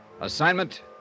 Assignment